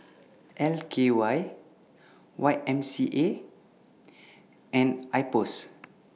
L K Y Y M C A and Ipos